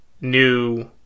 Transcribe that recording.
new